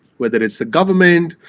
whether it's the government,